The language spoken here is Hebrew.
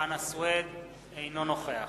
אינו נוכח